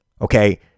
Okay